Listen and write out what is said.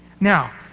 Now